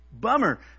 Bummer